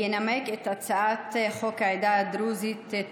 ינמק את הצעת חוק העדה הדרוזית,